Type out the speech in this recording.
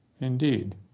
indeed